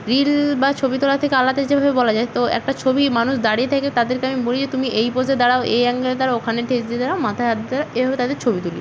reel বা ছবি তোলা থেকে আলাদা যেভাবে বলা যায় তো একটা ছবি মানুষ দাঁড়িয়ে থেকে তাদেরকে আমি বলি যে তুমি এই পোজে দাঁড়াও এই অ্যাঙ্গেলে দাঁড়াও ওখানে ঠেস দিয়ে দাঁড়াও মাথায় হাত দিয়ে এভাবে তাদের ছবি তুলি